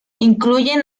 incluyen